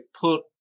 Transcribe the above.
put